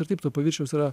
ir taip to paviršiaus yra